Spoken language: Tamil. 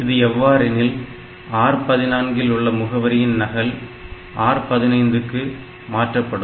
இது எவ்வாறெனில் R 14 இல் உள்ள முகவரியின் நகல் R 15 க்கு மாற்றப்படும்